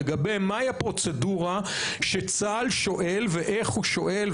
לגבי מהי הפרוצדורה שצה"ל שואל ואיך הוא שואל,